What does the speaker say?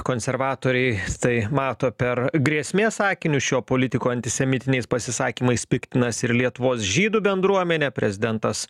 konservatoriai tai mato per grėsmės akinius šio politiko antisemitiniais pasisakymais piktinas ir lietuvos žydų bendruomenė prezidentas